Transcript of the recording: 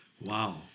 Wow